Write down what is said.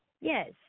Yes